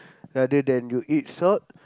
rather than you eat salt